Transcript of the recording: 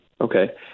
Okay